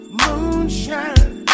moonshine